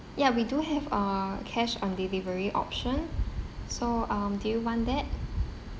ya we do have uh cash on delivery option so um do you want that